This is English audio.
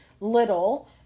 Little